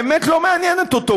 האמת לא מעניינת אותו.